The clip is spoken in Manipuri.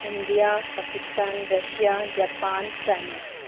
India Pakistan Russia Japan China